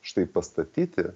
štai pastatyti